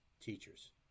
teachers